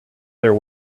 their